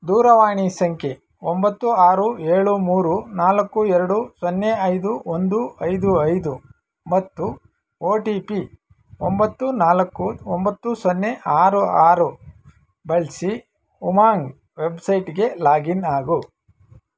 ದೂರವಾಣಿ ಸಂಖ್ಯೆ ಒಂಬತ್ತು ಆರು ಏಳು ಮೂರು ನಾಲ್ಕು ಎರಡು ಸೊನ್ನೆ ಐದು ಒಂದು ಐದು ಐದು ಮತ್ತು ಒ ಟಿ ಪಿ ಒಂಬತ್ತು ನಾಲ್ಕು ಒಂಬತ್ತು ಸೊನ್ನೆ ಆರು ಆರು ಬಳಸಿ ಉಮಂಗ್ ವೆಬ್ಸೈಟ್ಗೆ ಲಾಗಿನ್ ಆಗು